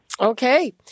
Okay